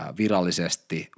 virallisesti